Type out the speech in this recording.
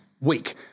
week